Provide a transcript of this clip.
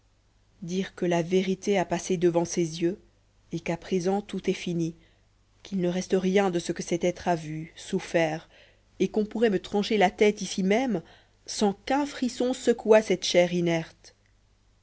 dire que la vérité a passé devant ces yeux et qu'à présent tout est fini qu'il ne reste rien de ce que cet être a vu souffert et qu'on pourrait me trancher la tête ici même sans qu'un frisson secouât cette chair inerte